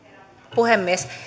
puhemies